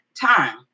time